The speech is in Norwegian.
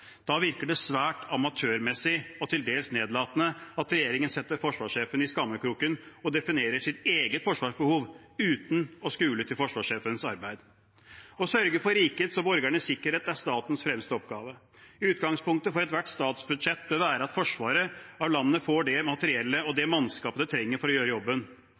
Da virker det svært amatørmessig og til dels nedlatende at regjeringen setter forsvarssjefen i skammekroken og definerer sitt eget forsvarsbehov uten å skule til forsvarssjefens arbeid. Å sørge for rikets og borgernes sikkerhet er statens fremste oppgave. Utgangspunktet for ethvert statsbudsjett bør være at forsvaret av landet får det materiellet og det mannskapet det trenger for å gjøre jobben.